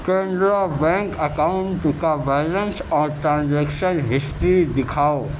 Canara bank account کا balance اور transaction history دکھاؤ